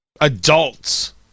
adults